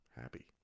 happy